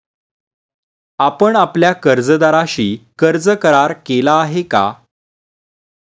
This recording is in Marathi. आपण आपल्या कर्जदाराशी कर्ज करार केला आहे का?